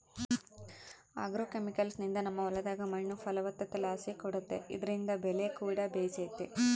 ಆಗ್ರೋಕೆಮಿಕಲ್ಸ್ನಿಂದ ನಮ್ಮ ಹೊಲದಾಗ ಮಣ್ಣು ಫಲವತ್ತತೆಲಾಸಿ ಕೂಡೆತೆ ಇದ್ರಿಂದ ಬೆಲೆಕೂಡ ಬೇಸೆತೆ